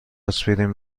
آسپرین